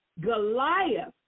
Goliath